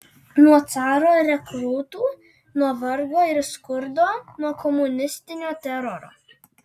nuo caro rekrūtų nuo vargo ir skurdo nuo komunistinio teroro